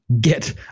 get